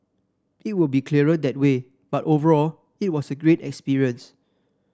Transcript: it will be clearer that way but overall it was a great experience